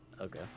Okay